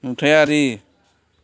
नुथायारि